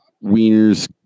Wiener's